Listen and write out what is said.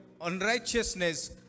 unrighteousness